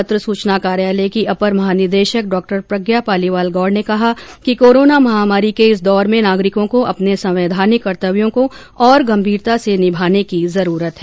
पत्र सुचना कार्यालय की अपर महानिदेशक डॉ प्रज्ञा पालीवाल गौड़ ने कहा कि कोरोना महामारी के इस दौर में नागरिकों को अपने संवैधानिक कर्तव्यों को और गंभीरता से निभाने की जरूरत है